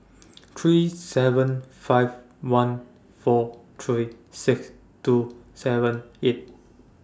three seven five one four three six two seven eight